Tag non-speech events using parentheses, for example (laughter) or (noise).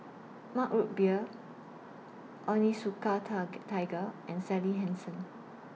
Mug Root Beer Onitsuka (unintelligible) Tiger and Sally Hansen